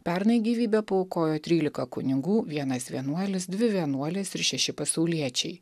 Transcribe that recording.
pernai gyvybę paaukojo trylika kunigų vienas vienuolis dvi vienuolės ir šeši pasauliečiai